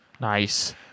Nice